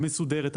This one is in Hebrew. מסודרת,